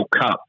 Cup